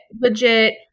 Legit